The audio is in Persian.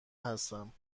هستم